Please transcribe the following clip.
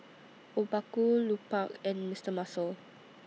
Obaku Lupark and Mister Muscle